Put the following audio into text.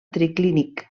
triclínic